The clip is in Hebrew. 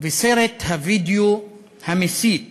וסרט הווידיאו המסית